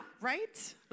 right